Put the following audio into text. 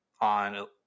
on